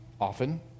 often